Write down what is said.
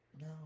No